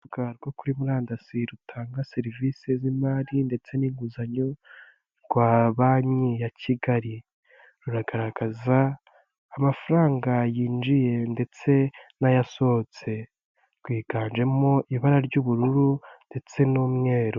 Urubuga rwo kuri murandasi rutanga serivisi z'imari ndetse n'inguzanyo rwa banki ya Kigali, ruragaragaza amafaranga yinjiye ndetse n'ayasohotse, rwiganjemo ibara ry'ubururu ndetse n'umweru.